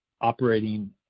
operating